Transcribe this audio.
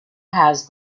has